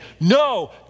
No